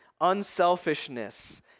unselfishness